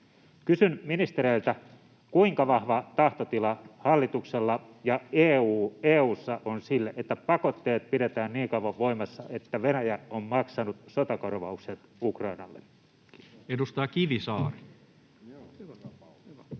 Kysyn ministereiltä: kuinka vahva tahtotila hallituksella ja EU:ssa on sille, että pakotteet pidetään niin kauan voimassa, että Venäjä on maksanut sotakorvaukset Ukrainalle? Edustaja Kivisaari. Arvoisa